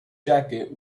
jacket